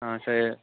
ಹಾಂ ಸರಿ